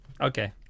Okay